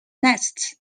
nests